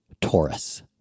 Taurus